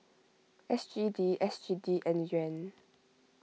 S G D S G D and Yuan